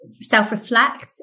self-reflect